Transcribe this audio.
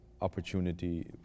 opportunity